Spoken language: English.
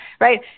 right